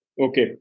Okay